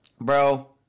bro